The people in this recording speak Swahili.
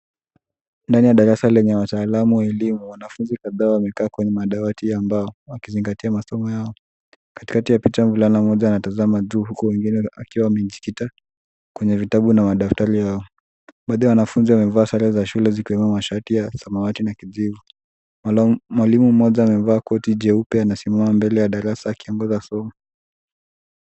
Ndani ya darasa lenye wataalamu wa elimu, wanafunzi kadhaa wamekaa kwenye madawati ya mbao wakizingatia masomo yao. Katikati ya picha mvulana mmoja anatazama juu huku wengine wakiwa wamejikita kwenye vitabu na madaftari yao. Mmoja wa wanafunzi amevaa sare za shule zikiwemo mashati ya samawati na kijivu. Mwalimu mmoja amevaa koti jeupe, anasimama mbele ya darasa akiongoza somo.